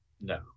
No